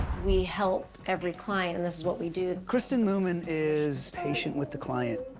we help every client, and this is what we do. kristen luman is patient with the client.